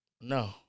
No